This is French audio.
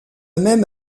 même